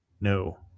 no